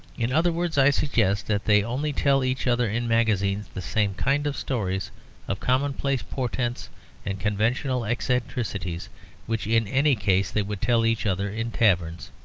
in other words, i suggest that they only tell each other in magazines the same kind of stories of commonplace portents and conventional eccentricities which, in any case, they would tell each other in taverns.